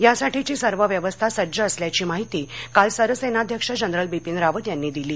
यासाठीची सर्व व्यवस्था सज्ज असल्याची माहिती काल सरसेनाध्यक्ष जनरल बिपीन रावत यांनी दिली